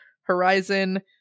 horizon